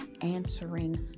answering